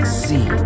see